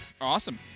Awesome